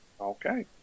Okay